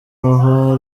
abaho